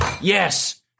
yes